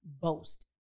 boast